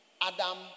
Adam